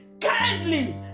kindly